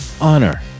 honor